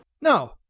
No